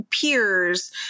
peers